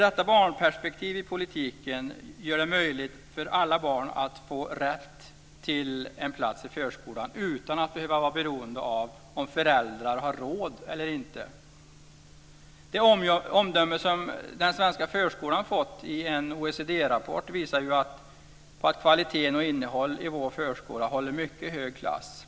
Detta barnperspektiv i politiken gör det möjligt för alla barn att få rätt till en plats i förskola utan att vara beroende av om föräldrarna har råd eller inte. Det omdöme som den svenska förskolan har fått i en OECD-rapport visar ju att kvalitet och innehåll i vår förskola håller mycket hög klass.